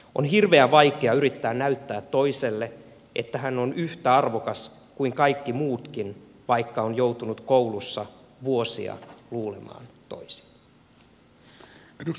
on hirveän vaikea yrittää näyttää toiselle että hän on yhtä arvokas kuin kaikki muutkin vaikka on joutunut koulussa vuosia luulemaan toisin